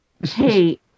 Hey